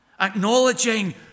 acknowledging